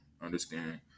understand